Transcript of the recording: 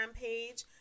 page